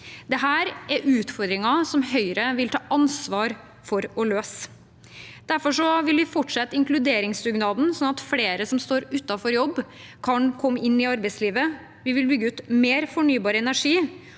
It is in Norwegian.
Dette er utfordringer som Høyre vil ta ansvar for å løse. Derfor vil vi fortsette inkluderingsdugnaden, sånn at flere som står utenfor jobb, kan komme inn i arbeidslivet. Vi vil bygge ut mer fornybar energi,